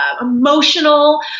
emotional